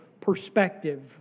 perspective